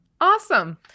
Awesome